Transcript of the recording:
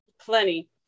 plenty